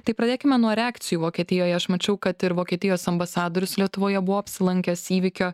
tai pradėkime nuo reakcijų vokietijoje aš mačiau kad ir vokietijos ambasadorius lietuvoje buvo apsilankęs įvykio